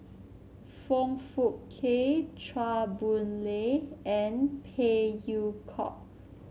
Foong Fook Kay Chua Boon Lay and Phey Yew Kok